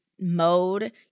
mode